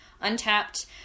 Untapped